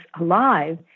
alive